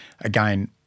Again